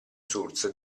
source